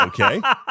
Okay